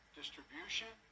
distribution